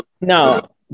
no